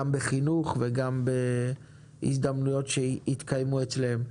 גם בחינוך וגם בהזדמנויות שיתקיימו אצלם.